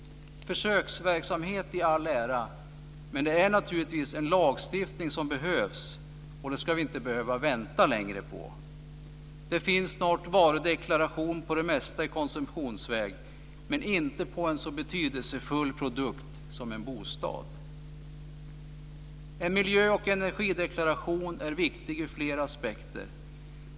Försöksverksamhet i all ära, men det är naturligtvis en lagstiftning som behövs, och den ska vi inte behöva vänta längre på. Det finns snart varudeklarationer på det mesta i konsumtionsväg men inte på en så betydelsefull produkt som en bostad. En miljö och energideklaration är viktig ur flera aspekter.